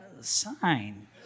sign